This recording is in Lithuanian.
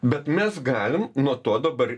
bet mes galim nuo to dabar